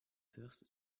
first